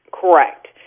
Correct